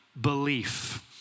belief